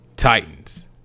Titans